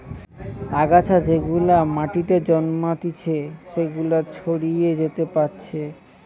আগাছা যেগুলা মাটিতে জন্মাতিচে সেগুলা ছড়িয়ে যেতে পারছে